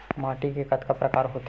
माटी के कतका प्रकार होथे?